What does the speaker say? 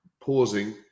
pausing